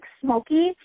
smoky